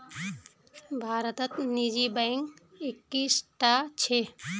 भारतत निजी बैंक इक्कीसटा छ